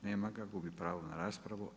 Nema ga, gubi pravo na raspravu.